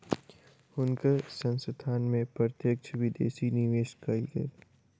हुनकर संस्थान में प्रत्यक्ष विदेशी निवेश कएल गेल